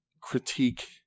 critique